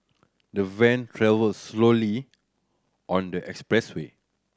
the van travelled slowly on the expressway